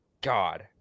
god